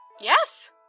Yes